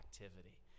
activity